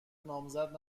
نامزد